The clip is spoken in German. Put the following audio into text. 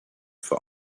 für